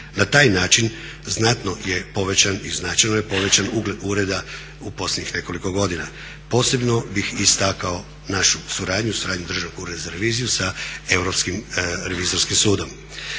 Na taj način znatno je povećan i značajno je povećan ugled ureda u posljednjih nekoliko godina. Posebno bih istaknuo našu suradnju, suradnju Državnog ureda za reviziju sa Europskim revizorskim sudom.